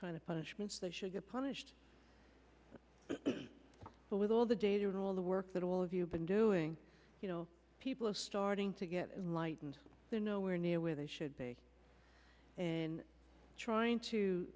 kind of punishments they should get punished so with all the data and all the work that all of you been doing you know people are starting to get light and they're nowhere near where they should be and trying to